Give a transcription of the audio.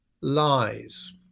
lies